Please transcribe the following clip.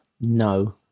No